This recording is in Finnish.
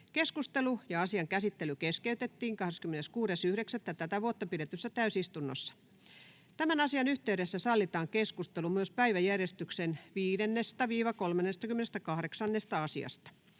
Keskustelu ja asian käsittely keskeytettiin 26.9.2024 pidetyssä täysistunnossa. Tämän asian yhteydessä sallitaan keskustelu myös päiväjärjestyksen 5.—38. asiasta.